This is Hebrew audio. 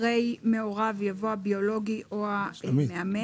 אחרי "מהוריו" יבוא "הביולוגי או המאמץ".